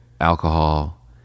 alcohol